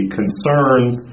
concerns